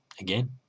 again